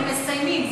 הם מסיימים.